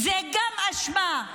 גם זאת אשמה.